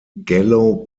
gallo